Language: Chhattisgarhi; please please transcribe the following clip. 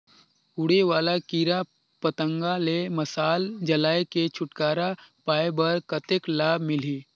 उड़े वाला कीरा पतंगा ले मशाल जलाय के छुटकारा पाय बर कतेक लाभ मिलही?